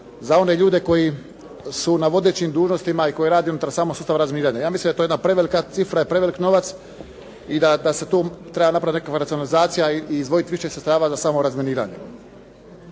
za one ljude koji su na vodećim dužnostima i koji rade unutar samog sustava razminiranja. Mislim da je to jedna prevelika cifra i prevelik novac i da se tu mora napraviti neka racionalizacija i izdvojiti više sredstava za razminiranje.